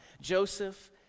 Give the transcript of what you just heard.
Joseph